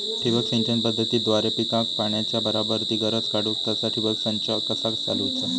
ठिबक सिंचन पद्धतीद्वारे पिकाक पाण्याचा बराबर ती गरज काडूक तसा ठिबक संच कसा चालवुचा?